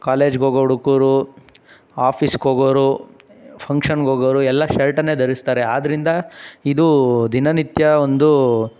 ಕಾಲೇಜ್ಗೆ ಹೋಗೋ ಹುಡುಗರು ಆಫೀಸ್ಗೆ ಹೋಗೋರು ಫಂಕ್ಷನ್ಗೆ ಹೋಗೋರು ಎಲ್ಲ ಶರ್ಟನ್ನೇ ಧರಿಸ್ತಾರೆ ಆದ್ದರಿಂದ ಇದು ದಿನನಿತ್ಯ ಒಂದು